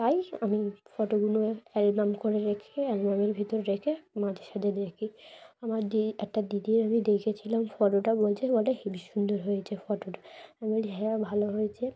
তাই আমি ফটোগুলো অ্যালবাম করে রেখে অ্যালবামের ভিতর রেখে মাঝে সাঝে দেখি আমার দি একটা দিদির আমি দেখেছিলাম ফটোটা বলছে ওটা হেবি সুন্দর হয়েছে ফটোটা আমি বলি হ্যাঁ ভালো হয়েছে